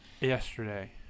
Yesterday